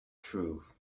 truth